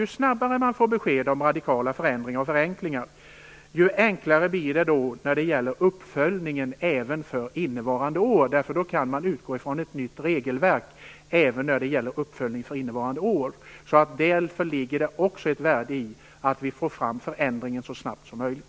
Ju snabbare man får besked om radikala förändringar och förenklingar, desto enklare blir uppföljningen även för innevarande år när man kan utgå ifrån ett nytt regelverk. Också däri ligger det ett värde i att förändringen kan ske så snabbt som möjligt.